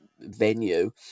venue